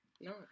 No